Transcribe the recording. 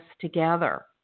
together